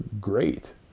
great